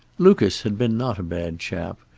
lucas had been not a bad chap,